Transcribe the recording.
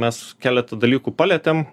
mes keletą dalykų palietėm